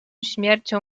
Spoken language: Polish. śmiercią